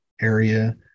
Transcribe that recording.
area